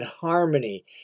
harmony